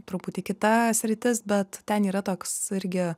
truputį kita sritis bet ten yra toks irgi